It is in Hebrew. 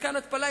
מתקן התפלה,